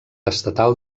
estatal